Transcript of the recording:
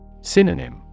Synonym